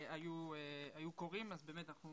אם אפשר לומר שאחת הוועדות שאני חושב שהיא